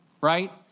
right